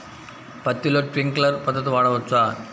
పత్తిలో ట్వింక్లర్ పద్ధతి వాడవచ్చా?